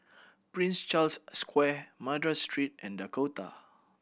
Prince Charles Square Madras Street and Dakota